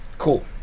cool